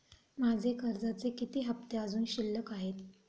माझे कर्जाचे किती हफ्ते अजुन शिल्लक आहेत?